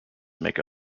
make